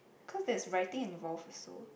cause they is writing and involve also